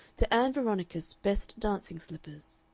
to ann veronicas' best dancing-slippers.